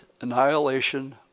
annihilation